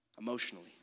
emotionally